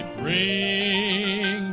bring